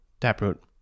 Taproot